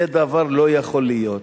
זה לא יכול להיות.